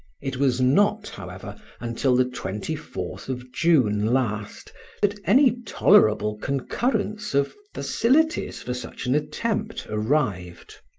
it was not, however, until the twenty fourth of june last that any tolerable concurrence of facilities for such an attempt arrived.